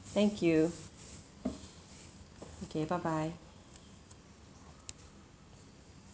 thank you okay bye bye